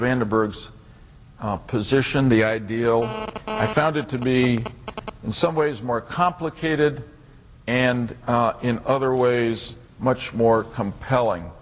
vander berg's opposition the ideal i found it to be in some ways more complicated and in other ways much more compelling